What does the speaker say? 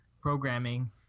programming